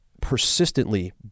Persistently